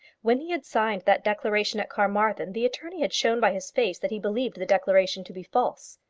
when he had signed that declaration at carmarthen, the attorney had shown by his face that he believed the declaration to be false.